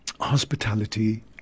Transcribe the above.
hospitality